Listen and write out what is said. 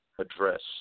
address